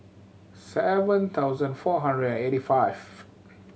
seven thousand four hundred and eighty five